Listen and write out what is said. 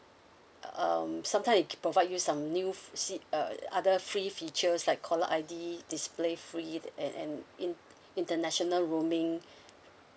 uh um sometime it ca~ provide you some new f~ see uh other free features like caller I_D display free and and in~ international roaming